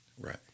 Right